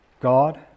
God